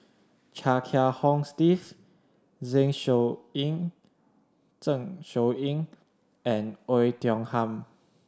Chia Kiah Hong Steve Zen Shouyin Zeng Shouyin and Oei Tiong Ham